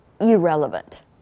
irrelevant